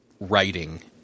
writing